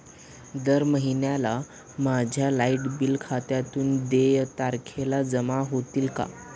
दर महिन्याला माझ्या लाइट बिल खात्यातून देय तारखेला जमा होतील का?